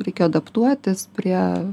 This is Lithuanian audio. reikėjo adaptuotis prie